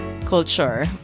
Culture